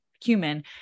human